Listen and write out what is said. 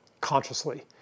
consciously